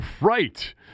Right